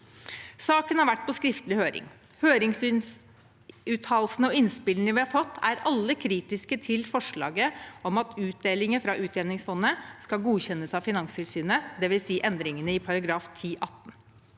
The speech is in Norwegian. Saken har vært på skriftlig høring. Høringsuttalelsene og -innspillene vi har fått, er alle kritiske til forslaget om at utdelinger fra utjevningsfondet skal godkjennes av Finanstilsynet, det vil si endringene i § 10-18.